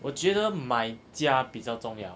我觉得买家比较重要